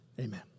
Amen